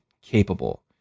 capable